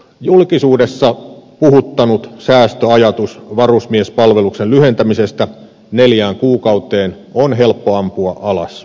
julkisuudessa puhuttanut säästöajatus varusmiespalveluksen lyhentämisestä neljään kuukauteen on helppo ampua alas